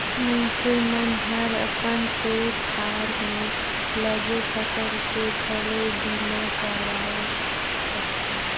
मइनसे मन हर अपन खेत खार में लगे फसल के घलो बीमा करवाये सकथे